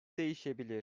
değişebilir